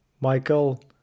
Michael